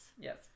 yes